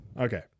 okay